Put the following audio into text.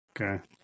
Okay